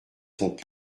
son